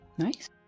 Nice